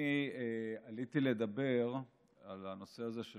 אני עליתי לדבר על הנושא הזה של